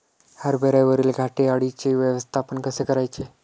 हरभऱ्यावरील घाटे अळीचे व्यवस्थापन कसे करायचे?